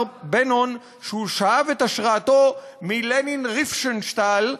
בנון שהוא שאב את השראתו מלני ריפנשטאהל,